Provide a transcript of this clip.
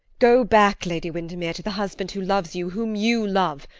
go back, lady windermere, to the husband who loves you, whom you love.